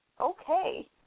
Okay